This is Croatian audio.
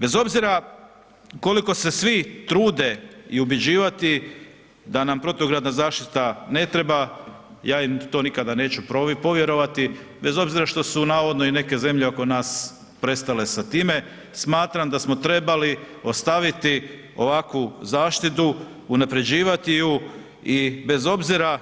Bez obzira koliko se svi trude i ubjeđivati da nam protugradna zaštita ne treba, ja im to nikada neću povjerovati bez obzira što su navodno i neke zemlje oko nas prestale sa time, smatram da smo trebali ostaviti ovakvu zaštitu, unapređivati ju i bez obzira